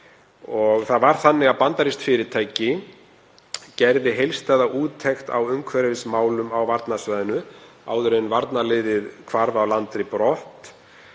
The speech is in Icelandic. að verði skoðaðar. Bandarískt fyrirtæki gerði heildstæða úttekt á umhverfismálum á varnarsvæðinu áður en varnarliðið hvarf af landi brott